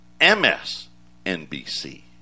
MSNBC